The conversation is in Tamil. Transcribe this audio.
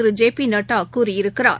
திரு பிநட்டாகூறியிருக்கிறார்